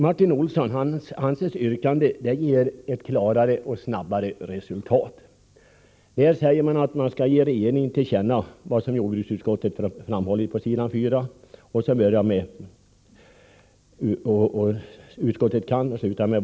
Martin Olssons yrkande ger ett klarare och snabbare resultat. Där sägs att man skall ge regeringen till känna det som jordbruksutskottet framhållit på s.4i betänkandet, fr.o.m. ”Utskottet kan -—--”t.o.m.